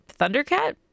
Thundercat